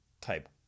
type